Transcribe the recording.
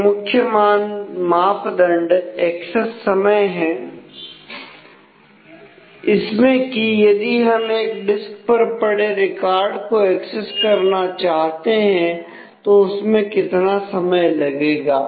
एक मुख्य मापदंड एक्सेस समय है इसमें कि यदि हम एक डिस्क पर पड़े रिकॉर्ड को एक्सेस करना चाहते हैं तो उसमें कितना समय लगेगा